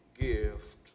gift